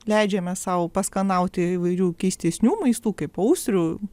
leidžiame sau paskanauti įvairių keistesnių maistų kaip austrių